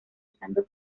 usando